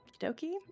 dokie